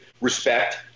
respect